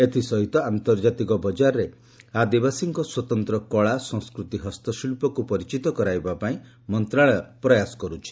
ଏଥିସହିତ ଆନ୍ତର୍ଜାତିକ ବଜାରରେ ଆଦିବାସୀଙ୍କ ସ୍ୱତନ୍ତ୍ର କଳା ସଂସ୍କୃତି ହସ୍ତଶିଳ୍ପକୁ ପରିଚିତ କରାଇବା ପାଇଁ ମନ୍ତ୍ରଣାଳୟ ପ୍ରୟାସ କରୁଛି